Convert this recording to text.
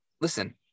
listen